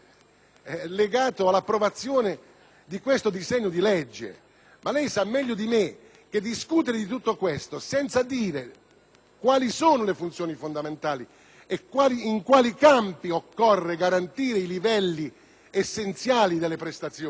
quali saranno le funzioni fondamentali e in quale campi occorrerà garantire i livelli essenziali delle prestazioni significa chiedere un voto senza sapere con chiarezza e precisione per che cosa si vota.